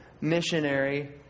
missionary